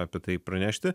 apie tai pranešti